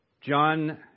John